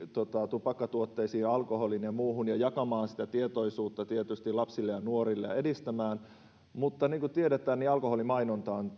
tupakkatuotteisiin ja alkoholiin ja muuhun liittyen ja jakamaan sitä tietoisuutta tietysti lapsille ja nuorille ja edistämään mutta niin kuin tiedetään alkoholimainonta on